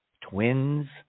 twins